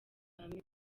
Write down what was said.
hamwe